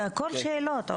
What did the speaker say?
אני